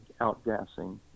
outgassing